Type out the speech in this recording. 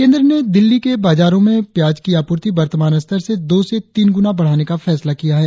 केंद्र ने दिल्ली के बाजारो में प्याज की आपूर्ति वर्तमान स्तर से दो से तीन गुना बढ़ाने का फैसला किया है